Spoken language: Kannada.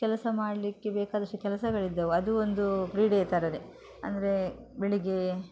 ಕೆಲಸ ಮಾಡಲಿಕ್ಕೆ ಬೇಕಾದಷ್ಟು ಕೆಲಸಗಳಿದ್ದವು ಅದು ಒಂದು ಕ್ರೀಡೆಯ ಥರನೆ ಅಂದರೆ ಬೆಳಿಗ್ಗೆ